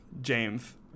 James